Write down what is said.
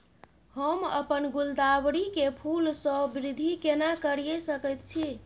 हम अपन गुलदाबरी के फूल सो वृद्धि केना करिये सकेत छी?